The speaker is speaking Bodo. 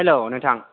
हेल्ल' नोंथां